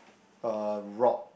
a rock